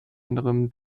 anderem